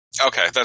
Okay